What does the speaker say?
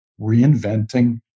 reinventing